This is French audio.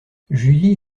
julie